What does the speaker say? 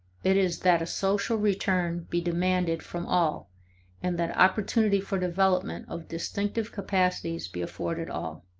it is that a social return be demanded from all and that opportunity for development of distinctive capacities be afforded all.